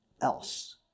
else